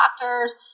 doctors